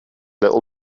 little